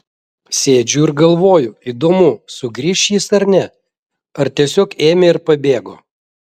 sėdžiu ir galvoju įdomu sugrįš jis ar ne ar tiesiog ėmė ir pabėgo